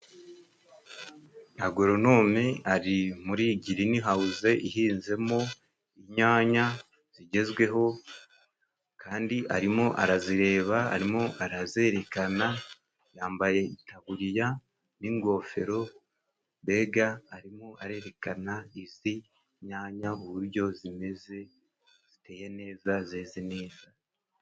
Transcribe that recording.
Agoronome ari muri Girinihawuze, ihinzemo inyanya zigezweho kandi arimo arazireba arimo arazerekana, yambaye itaburiya n'ingofero, mbega arimo arerekana izi myanya uburyo zimeze, ziteye neza, zeze neza.